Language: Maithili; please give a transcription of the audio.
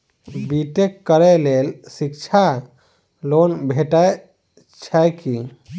बी टेक करै लेल शिक्षा लोन भेटय छै की?